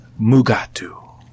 Mugatu